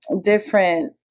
different